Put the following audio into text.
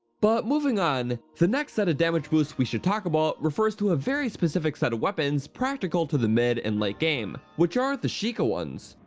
but moving on, the next set of damage boosts we should talk about refers to a very specific set weapon type practical to the mid and late game which are the sheikah ones.